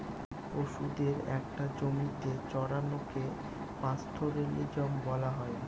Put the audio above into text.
পশুদের একটা জমিতে চড়ানোকে পাস্তোরেলিজম বলা হয়